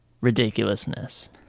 ridiculousness